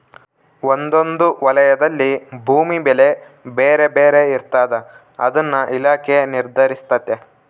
ಒಂದೊಂದು ವಲಯದಲ್ಲಿ ಭೂಮಿ ಬೆಲೆ ಬೇರೆ ಬೇರೆ ಇರ್ತಾದ ಅದನ್ನ ಇಲಾಖೆ ನಿರ್ಧರಿಸ್ತತೆ